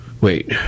Wait